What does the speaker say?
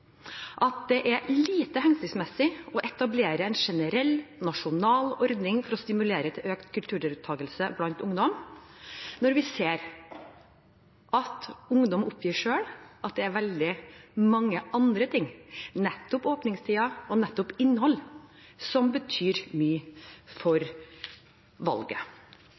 er lite hensiktsmessig å etablere en generell, nasjonal ordning for å stimulere til økt kulturdeltakelse blant ungdom, når vi ser at ungdom selv oppgir at det er veldig mange andre ting – åpningstider og innhold – som betyr mye for valget.